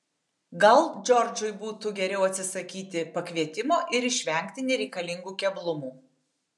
gal džordžui būtų geriau atsisakyti pakvietimo ir išvengti nereikalingų keblumų